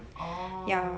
oh